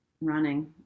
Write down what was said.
running